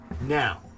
now